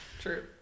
True